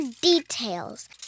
details